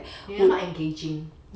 they are not engaging right